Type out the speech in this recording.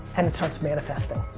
and it starts manifesting.